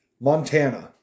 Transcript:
Montana